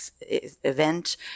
event